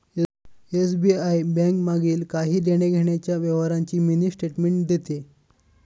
SBI bank मागील काही देण्याघेण्याच्या व्यवहारांची मिनी स्टेटमेंट देते